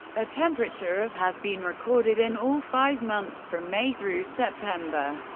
a temperature of has been recorded in all five months from may through september.